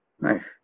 Nice